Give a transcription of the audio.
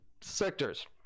sectors